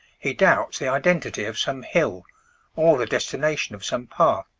he doubts the identity of some hill or the destination of some path,